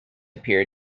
appear